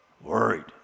Worried